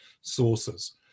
sources